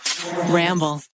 Ramble